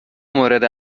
مورد